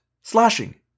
slashing